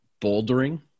bouldering